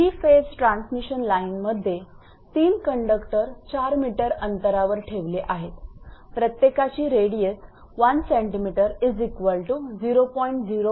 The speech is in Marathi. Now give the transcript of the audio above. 3 फेज ट्रान्समिशन लाईनमध्ये 3 कंडक्टर 4 𝑚 अंतरावर ठेवले आहेत प्रत्येकाची रेडियस1 𝑐𝑚0